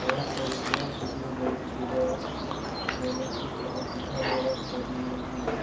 ଏହାପରେ ଯିଏ ସୁଧୁରି ଯାଇଥିବା ମନକୁ ସହ ବୁଝାମଣା କରିନିଏ